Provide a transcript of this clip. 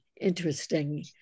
interesting